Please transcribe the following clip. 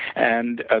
and, ah